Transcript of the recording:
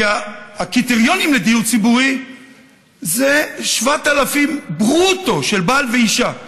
כי הקריטריונים לדיור ציבורי זה 7,000 ש"ח ברוטו של בעל ואישה.